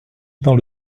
dans